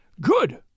Good